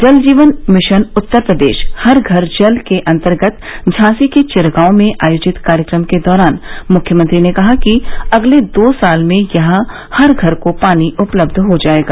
जल जीवन मिशन उत्तर प्रदेश हर घर जल के अन्तर्गत झांसी के चिरगांव में आयोजित कार्यक्रम के दौरान मुख्यमंत्री ने कहा कि अगले दो साल में यहां हर घर को पानी उपलब्ध हो जायेगा